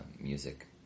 music